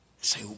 Say